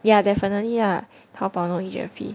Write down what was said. yeah definitely lah 淘宝 no agent fee